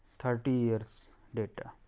thirty years later.